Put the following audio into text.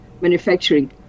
manufacturing